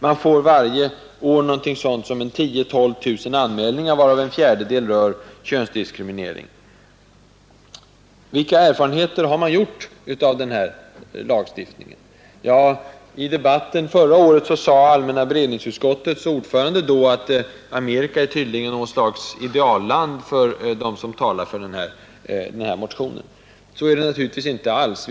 Man får varje år ungefär 10 000—12 000 anmälningar, varav en fjärdedel rör könsdiskriminering. Vilka erfarenheter har man gjort av den här lagstiftningen? I debatten förra året sade allmänna beredningsutskottets ordförande att Amerika tydligen är något slags idealland för dem som talar för den här motionen. Så är naturligtvis inte alls fallet.